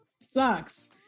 sucks